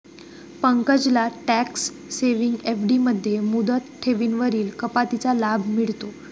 पंकजला tax saving FD मध्ये मुदत ठेवींवरील कपातीचा लाभ मिळतो